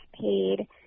paid